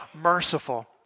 merciful